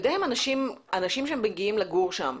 אנשים שמגיעים לגור שם,